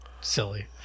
silly